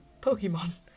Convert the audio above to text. Pokemon